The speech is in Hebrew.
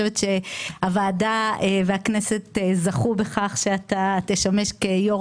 הוועדה והכנסת זכו בכך שאתה תשמש כיו"ר